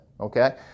okay